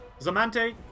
Zamante